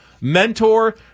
mentor